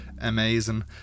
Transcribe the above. amazing